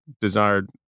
desired